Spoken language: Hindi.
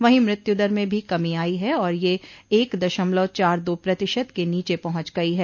वहीं मृत्यूदर में भी कमी आई है और यह एक दमलशव चार दो प्रतिशत के नीचे पहुंच गई है